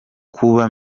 kuba